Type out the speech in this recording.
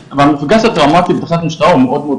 ומהמפגש הטראומתי בתחנת משטרה הוא מאוד קשה.